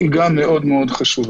אנחנו חושבים שחשוב